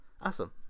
Awesome